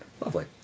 Lovely